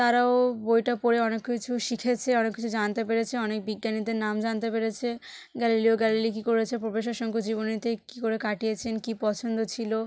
তারাও বইটা পড়ে অনেক কিছু শিখেছে অনেক কিছু জানতে পেরেছে অনেক বিজ্ঞানীদের নাম জানতে পেরেছে গ্যালিলিও গ্যালিলি কী করেছে প্রফেসর শঙ্কু জীবনীতে কী করে কাটিয়েছেন কী পছন্দ ছিল